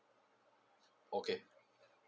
okay